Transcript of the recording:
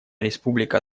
республика